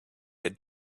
had